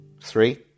Three